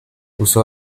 usó